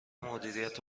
مدیریت